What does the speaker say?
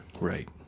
Right